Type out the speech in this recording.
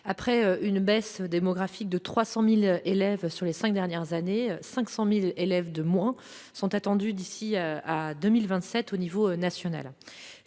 après une baisse démographique de 300 000 élèves ces cinq dernières années, 500 000 élèves de moins sont attendus d'ici à 2027 à l'échelle nationale.